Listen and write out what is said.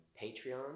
Patreon